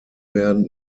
werden